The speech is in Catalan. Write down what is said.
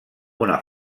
una